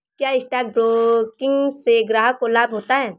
क्या stock broking से ग्राहक को लाभ होता है?